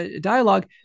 dialogue